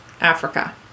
Africa